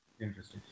Interesting